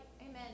Amen